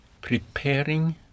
preparing